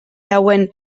hauen